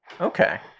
Okay